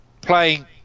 playing